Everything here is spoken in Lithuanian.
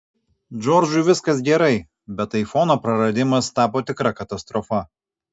džordžui viskas gerai bet aifono praradimas tapo tikra katastrofa